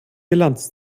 bilanz